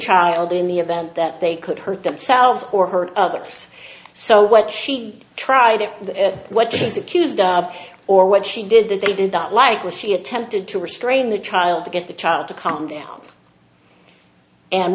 child in the event that they could hurt themselves or hurt others so what she tried what she is accused of or what she did that they did not like was she attempted to restrain the child to get the child to calm down and